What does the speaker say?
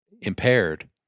impaired